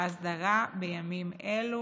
הסדרה בימים אלו.